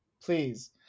Please